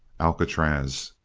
alcatraz,